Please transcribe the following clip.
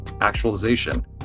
actualization